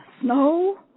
snow